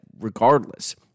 regardless